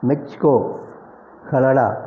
Mexico Canada